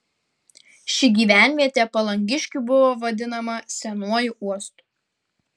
ši gyvenvietė palangiškių buvo vadinama senuoju uostu